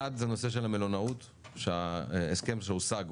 אחד זה נושא של המלונאות שההסכם שהושג,